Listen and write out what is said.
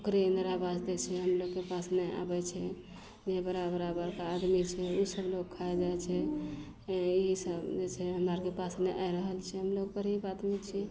ओकरे इन्दिरा आवास दै छै हम लोगके पास नहि आबय छै जे बड़ा बड़ा बड़का आदमी छै उ सब लोक खा जाइ छै ईसब जे छै हमरा आरके पास नहि आबि रहल छै हमलोग गरीब आदमी छी